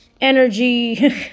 energy